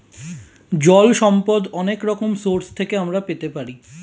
জল সম্পদ অনেক রকম সোর্স থেকে আমরা পেতে পারি